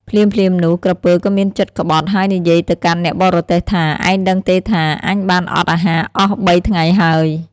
ភ្លាមៗនោះ ក្រពើក៏មានចិត្តក្បត់ហើយនិយាយទៅកាន់អ្នកបរទេះថា ឯងដឹងទេថា អញបានអត់អាហារអស់បីថ្ងៃហើយ។